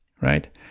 right